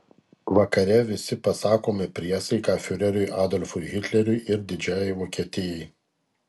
vakare visi pasakome priesaiką fiureriui adolfui hitleriui ir didžiajai vokietijai